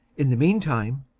in the meantime.